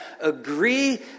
agree